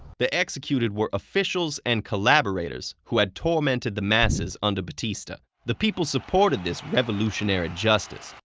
the executed were officials and collaborators who had tormented the masses under batista. the people supported this revolutionary justice.